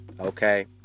okay